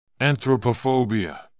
Anthropophobia